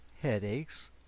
headaches